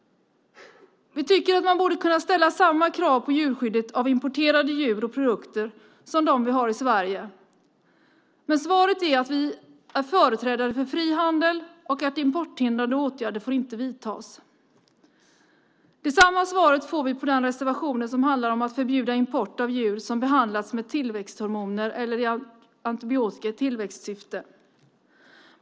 Vi tycker att man borde kunna ställa samma krav på djurskyddet när det gäller importerade djur och produkter som på dem som vi har i Sverige. Men svaret är att vi är företrädare för fri handel och att importhindrande åtgärder inte får vidtas. Samma svar får vi på den reservation som handlar om att förbjuda import av djur som behandlats med tillväxthormoner eller antibiotika i tillväxtsyfte.